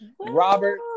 Robert